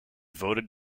voted